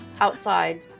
outside